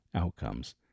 outcomes